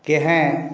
के हैं